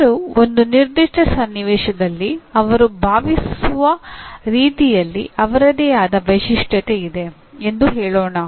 ನಟರು ಒಂದು ನಿರ್ದಿಷ್ಟ ಸನ್ನಿವೇಶದಲ್ಲಿ ಅವರು ಭಾವಿಸುವ ರೀತಿಯಲ್ಲಿ ಅವರದೇ ಆದ ವಿಶಿಷ್ಟತೆ ಇದೆ ಎಂದು ಹೇಳೋಣ